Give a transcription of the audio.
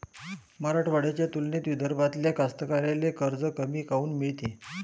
मराठवाड्याच्या तुलनेत विदर्भातल्या कास्तकाराइले कर्ज कमी काऊन मिळते?